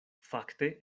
fakte